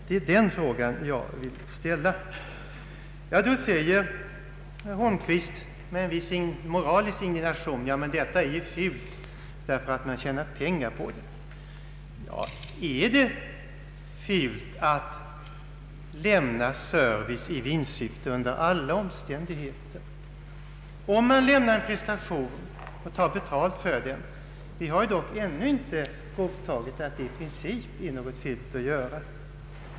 Det är den fråga jag vill ställa. Då säger statsrådet Holmqvist med en viss moralisk indignation att detta med privat arbetsförmedling är fult därför att man tjänar pengar på det. Ja, är det fult att lämna service i vinstsyfte under alla omständigheter? Att prestera något och ta betalt för den prestationen har dock ännu inte godtagits som i princip något fult.